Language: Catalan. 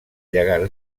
llegat